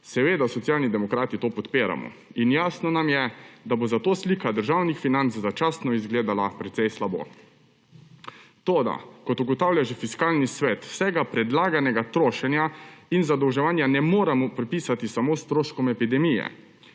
Seveda Socialni demokrati to podpiramo in jasno nam je, da bo zato slika državnih financ začasno izgledala precej slabo. Toda kot ugotavlja že Fiskalni svet, vsega predlaganega trošenja in zadolževanja ne moremo pripisati samo stroškom epidemije.